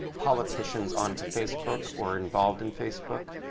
politicians onto facebook or involved in facebook?